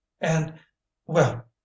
and-well